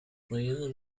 radon